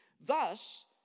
Thus